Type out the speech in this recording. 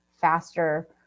faster